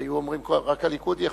היו אומרים כבר: רק הליכוד יכול,